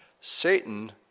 Satan